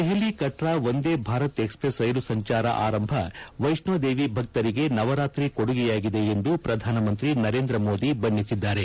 Delhi Katra Vande Bharat express ರೈಲು ಸಂಚಾರ ಆರಂಭ ವೈಷ್ಣೋದೇವಿ ಭಕ್ತರಿಗೆ ನವರಾತ್ರಿ ಕೊಡುಗೆಯಾಗಿದೆ ಎಂದು ಪ್ರಧಾನಮಂತ್ರಿ ನರೇಂದ್ರ ಮೋದಿ ಬಣ್ಣಿಸಿದ್ದಾರೆ